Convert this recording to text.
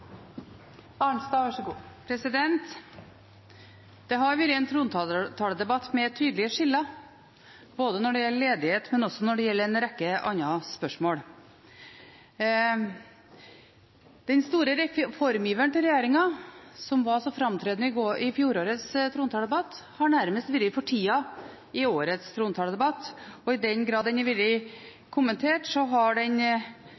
Det har vært en trontaledebatt med tydelige skiller når det gjelder ledighet, og også når det gjelder en rekke andre spørsmål. Den store reformiveren til regjeringen, som var så framtredende i fjorårets trontaledebatt, har nærmest vært fortiet i årets trontaledebatt, og i den grad den har vært kommentert, har den